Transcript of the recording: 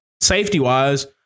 safety-wise